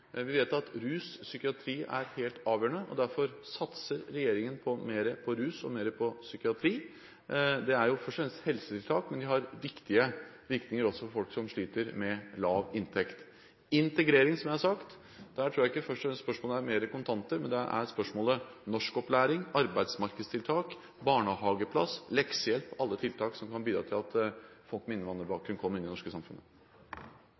Vi vet at rus og psykiatri er helt avgjørende, og derfor satser regjeringen mer på rus og mer på psykiatri. Det er først og fremst helsetiltak, men de har viktige virkninger også for folk som sliter med lav inntekt. Når det gjelder integrering, som jeg har sagt: Der tror jeg ikke først og fremst spørsmålet er mer kontanter, men spørsmålet er norskopplæring, arbeidsmarkedstiltak, barnehageplass, leksehjelp – alle tiltak som kan bidra til at folk med innvandrerbakgrunn kommer inn i det norske samfunnet.